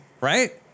Right